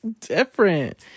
different